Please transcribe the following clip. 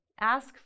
ask